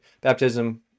baptism